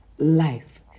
life